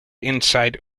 inside